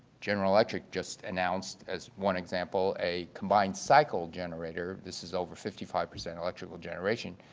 general electric just announced, as one example, a combined cycle generator, this is over fifty five percent electrical generation,